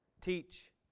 Teach